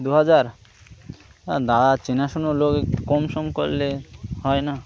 দু হাজার দাদা চেনাশুনো লোক কম সম করলে হয় না